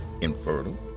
infertile